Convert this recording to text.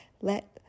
let